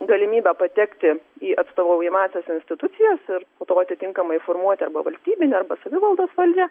galimybę patekti į atstovaujamąsias institucijas ir po to atitinkamai formuoti arba valstybinę arba savivaldos valdžią